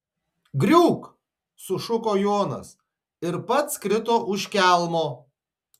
griūk sušuko jonas ir pats krito už kelmo